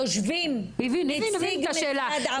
הוא הבין את השאלה.